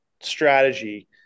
strategy